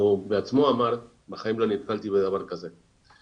הוא בעצמו אמר בחיים לא נתקלתי בדבר כזה.